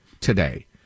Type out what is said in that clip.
today